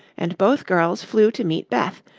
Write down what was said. and both girls flew to meet beth,